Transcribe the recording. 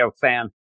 fan